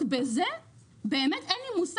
זה משרד מיותר.